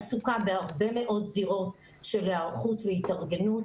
עסוקה בהרבה מאוד זירות של היערכות והתארגנות,